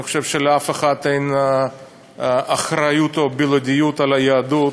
אני חושב שלאף אחד אין אחריות או בלעדיות על היהדות.